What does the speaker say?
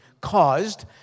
caused